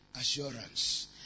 assurance